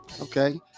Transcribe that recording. okay